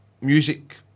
music